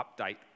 update